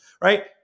right